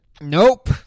Nope